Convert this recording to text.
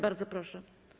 Bardzo proszę.